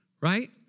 right